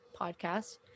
podcast